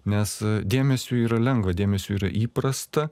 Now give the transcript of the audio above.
nes dėmesiui yra lengva dėmesiui yra įprasta